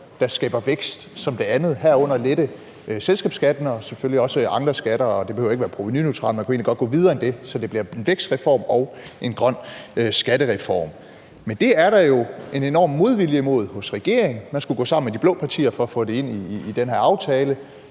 der skaber vækst, som det andet, herunder lette selskabsskatten og selvfølgelig også andre skatter. Og det behøver ikke at være provenuneutralt; man kan egentlig godt gå videre end det, så det bliver en vækstreform og en grøn skattereform. Men det er der jo en enorm modvilje mod hos regeringen. Man skulle gå sammen med de blå partier for at få det ind i den her aftale,